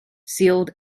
sealed